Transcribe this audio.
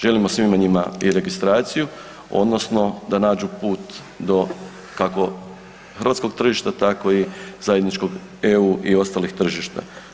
Želimo svima njima i registraciju odnosno da nađu put do kako hrvatskog tržišta tako i zajedničkog EU i ostalih tržišta.